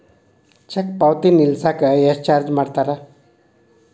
check ಪಾವತಿನ ನಿಲ್ಸಕ ಎಷ್ಟ ಚಾರ್ಜ್ ಮಾಡ್ತಾರಾ